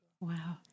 Wow